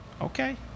okay